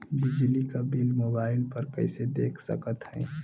बिजली क bill mobile पर कईसे देख सकत हई?